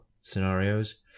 scenarios